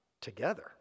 together